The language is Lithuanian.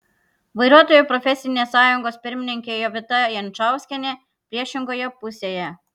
vairuotojų profesinė sąjungos pirmininkė jovita jančauskienė priešingoje pusėje